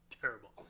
Terrible